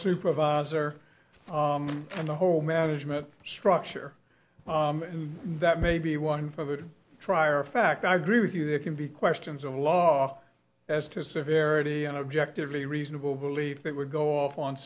supervisor and the whole management structure that may be one for the trier of fact i agree with you there can be questions of law as to severity and objectively reasonable belief that would go off on